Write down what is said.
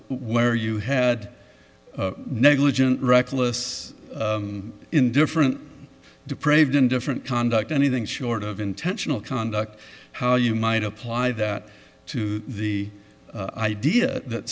where you had negligent reckless indifference deprived indifferent conduct anything short of intentional conduct how you might apply that to the idea that